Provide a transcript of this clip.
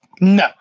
No